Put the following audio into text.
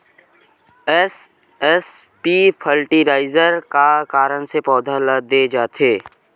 SSP fertiliser का कारण से पौधा ल दे जाथे?